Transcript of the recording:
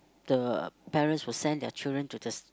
the parents will send their children to the